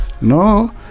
No